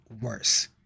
worse